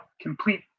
complete